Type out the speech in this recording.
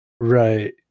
Right